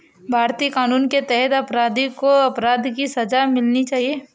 भारतीय कानून के तहत अपराधी को अपराध की सजा मिलनी चाहिए